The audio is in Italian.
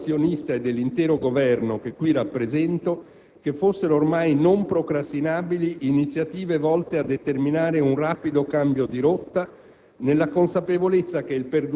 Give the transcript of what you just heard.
il convincimento del Ministero azionista e dell'intero Governo, che qui rappresento, che fossero ormai non procrastinabili iniziative volte a determinare un rapido cambio di rotta,